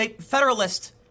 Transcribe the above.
Federalist